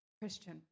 Christian